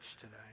today